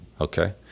okay